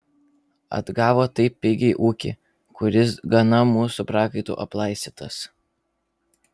atgavo taip pigiai ūkį kuris gana mūsų prakaitu aplaistytas